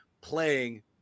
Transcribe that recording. playing